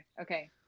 Okay